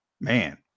man